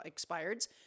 expireds